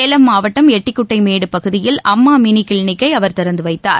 சேலம் மாவட்டம் எட்டிகுட்டைமேடு பகுதியில் அம்மா மினி கிளினிக்கை அவர் திறந்து வைத்தார்